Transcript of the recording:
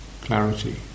clarity